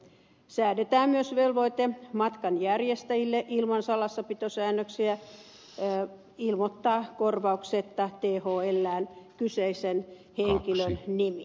matkanjärjestäjille säädetään myös velvoite ilman salassapitosäännöksiä ilmoittaa korvauksetta thlään kyseisen henkilön nimi